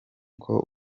uko